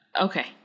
Okay